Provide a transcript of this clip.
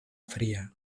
fría